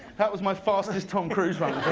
that was my fastest tom cruise run.